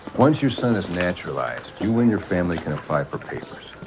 once your son is naturalized, you and your family can apply for papers.